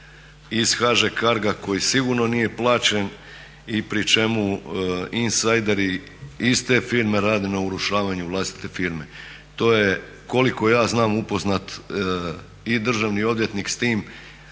iz HŽ CARGO-a koji sigurno nije plaćen i pri čemu insajderi iz te firme rade na urušavanju vlastite firme. To je koliko ja znam upoznat i državni odvjetnik s tim,